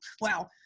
Wow